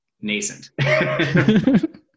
nascent